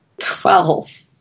Twelve